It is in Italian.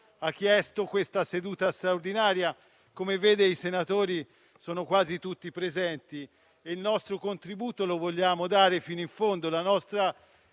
Ha chiesto questa seduta straordinaria: come vede, i senatori sono quasi tutti presenti. Il nostro contributo lo vogliamo dare fino in fondo;